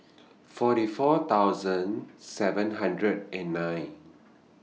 forty four thousand seven hundred and nine